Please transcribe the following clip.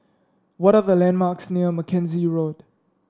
what are the landmarks near Mackenzie Road